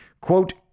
Quote